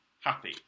happy